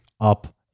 up